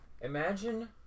imagine